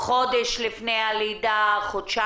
חודש לפני הלידה, חודשיים.